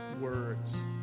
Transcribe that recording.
words